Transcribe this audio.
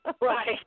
Right